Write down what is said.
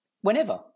whenever